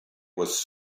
was